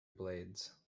blades